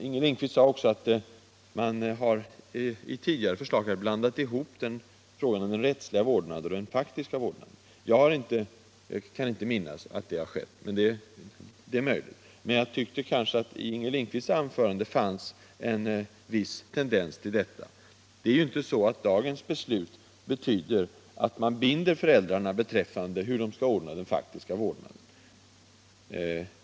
Inger Lindquist sade också att man i tidigare förslag har blandat ihop rättslig vårdnad och faktisk vårdnad. Jag kan inte minnas att det har skett, men det är möjligt. Jag tycker snarare att det i Inger Lindquists anförande fanns en viss tendens i den riktningen. Dagens beslut betyder ju inte att vi beslutar hur föräldrarna skall ordna den faktiska vårdnaden.